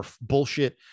bullshit